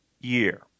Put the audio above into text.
year